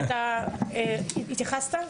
התייחסת?